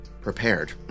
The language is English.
prepared